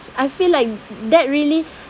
I feel like that really